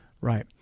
Right